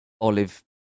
olive